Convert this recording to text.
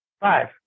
Five